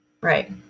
Right